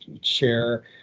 share